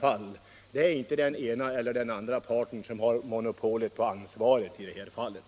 fall är tvärtom. Det är inte så att den ena eller den andra parten har monopol på ansvaret i detta sammanhang.